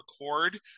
record